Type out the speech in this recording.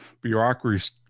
bureaucracy